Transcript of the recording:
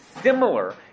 Similar